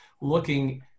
looking